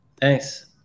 Thanks